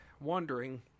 wondering